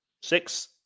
Six